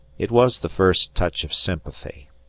it was the first touch of sympathy,